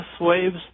waves